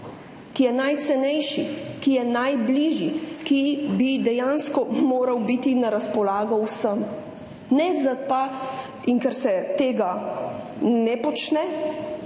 ki je najcenejši, ki je najbližji, ki bi dejansko moral biti na razpolago vsem. In ker se tega ne počne,